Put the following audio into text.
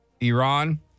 Iran